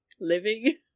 living